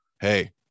hey